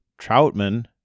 Troutman